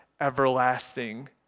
everlasting